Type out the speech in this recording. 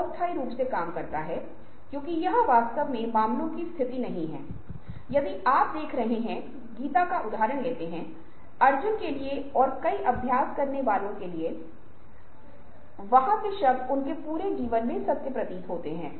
उस समय जो व्यक्ति भावनात्मक बुद्धिमत्ता वाले होते हैं वे अपने आप को एक विशेष सीमा तक तनाव में डाल सकते हैं